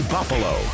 Buffalo